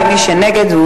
ומי שנגד,